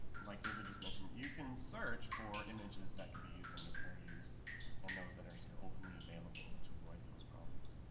like david just mentioned, you can search for images that can be used under fair use and those that are sort of openly available to avoid those problems.